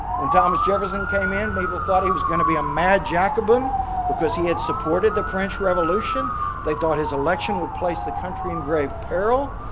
when thomas jefferson came and people thought he was going to be a mad jack abu um because he had supported the french revolution they thought his election would place the country in grave peril.